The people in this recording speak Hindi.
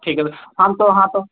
ठीक है बस हम तो हाँ तो